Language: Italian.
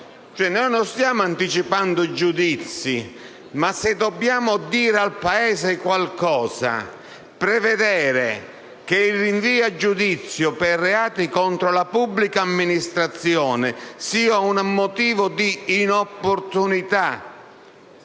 non stiamo anticipando i giudizi, ma se dobbiamo dire al Paese qualcosa, non prevedere il rinvio a giudizio per reati contro la pubblica amministrazione quale motivo di inopportunità